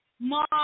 mom